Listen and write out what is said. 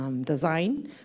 design